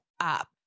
up